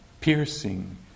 piercing